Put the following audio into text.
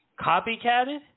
copycatted